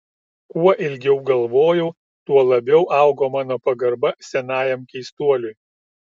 kuo ilgiau galvojau tuo labiau augo mano pagarba senajam keistuoliui